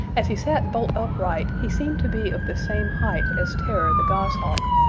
as he sat bolt upright he seemed to be of the same height as terror the goshawk,